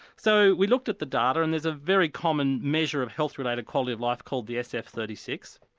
so we looked at the data and there's a very common measure of health related quality of life called the sf thirty six.